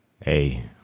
Hey